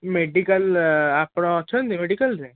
medical ଆପଣ ଅଛନ୍ତି ମେଡ଼ିକାଲ୍ରେ